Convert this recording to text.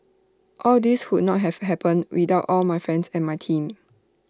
all this would not have happened without all my friends and my team